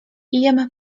jem